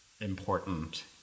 important